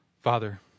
Father